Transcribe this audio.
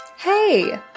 Hey